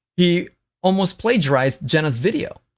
he almost plagiarized jenna's video.